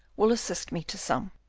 will assist me to some.